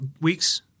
weeks